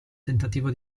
tentativo